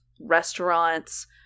restaurants